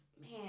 man